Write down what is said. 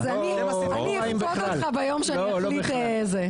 אז אני אכפות עליך ביום שאני אחליט זה,